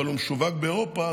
אבל הוא משווק באירופה,